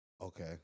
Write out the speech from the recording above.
Okay